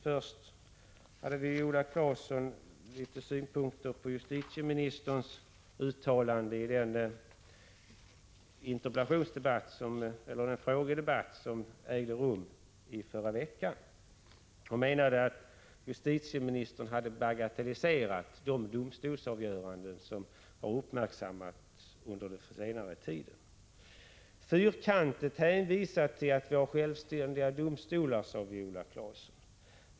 Först hade Viola Claesson synpunkter på justitieministerns uttalande i den frågedebatt som ägde rum i förra veckan. Hon menade att justitieministern hade bagatelliserat de domstolsavgöranden som har uppmärksammats under den senaste tiden. Viola Claesson sade att justitieministern fyrkantigt hänvisade till att vi har självständiga domstolar.